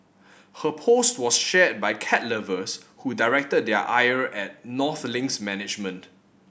her post was shared by cat lovers who directed their ire at North Link's management